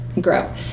grow